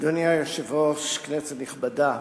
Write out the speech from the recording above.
אדוני היושב-ראש, כנסת נכבדה,